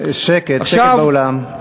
שקט, שקט באולם.